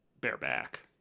bareback